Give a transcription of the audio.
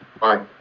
Bye